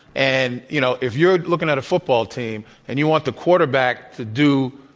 and, you know, if you're looking at a football team and you want the quarterback to do,